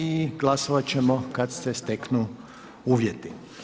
I glasovati ćemo kada se steknu uvjeti.